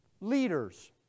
leaders